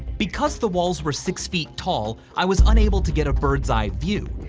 because the walls were six feet tall, i was unable to get a bird's eye view.